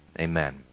amen